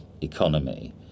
Economy